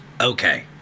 Okay